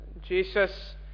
Jesus